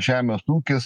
žemės ūkis